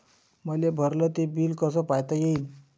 मले भरल ते बिल कस पायता येईन?